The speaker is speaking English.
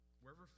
wherever